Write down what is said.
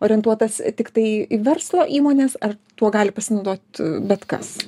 orientuotas tiktai į verslo įmones ar tuo gali pasinaudot bet kas